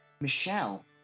Michelle